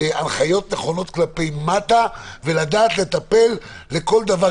הנחיות נכונות כלפי מטה ולדעת לטפל בכל דבר.